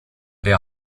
der